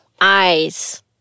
eyes